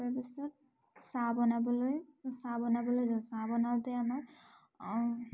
তাৰপিছত চাহ বনাবলৈ চাহ বনাবলৈ যায় চাহ বনাওঁতে আমাৰ